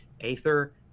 Aether